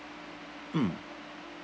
mm